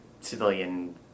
civilian